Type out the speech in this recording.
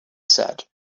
said